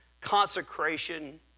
consecration